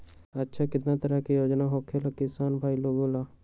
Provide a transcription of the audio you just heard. अच्छा कितना तरह के योजना होखेला किसान भाई लोग ला?